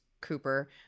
Cooper